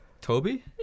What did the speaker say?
Toby